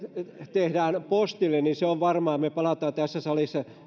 tehdään postille varmaan me palaamme tässä salissa vielä